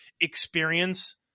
experience